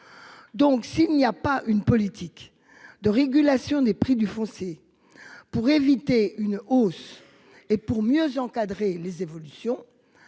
Donc s'il n'y a pas une politique de régulation des prix du foncé. Pour éviter une hausse et pour mieux encadrer les évolutions.